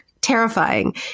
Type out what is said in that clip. terrifying